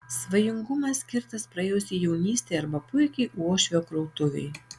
svajingumas skirtas praėjusiai jaunystei arba puikiai uošvio krautuvei